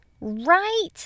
Right